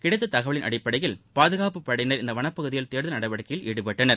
கிடைத்த தகவலின் அடிப்படையில் பாதுகாப்புப் படையினர் இந்த வளப்பகுதியில் தேடுதல் நடவடிக்கையில் ஈடுபட்டனர்